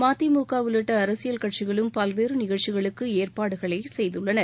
மதிமுக உள்ளிட்ட அரசியல் கட்சிகளும் பல்வேறு நிகழ்ச்சிகளுக்கு ஏற்பாடுகளை செய்துள்ளன